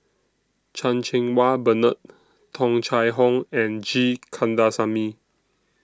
Chan Cheng Wah Bernard Tung Chye Hong and G Kandasamy